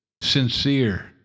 sincere